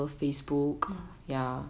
mm